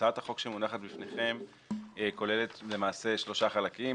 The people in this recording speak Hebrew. הצעת החוק שמונחת בפניכם כוללת שלושה חלקים.